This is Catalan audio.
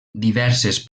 diverses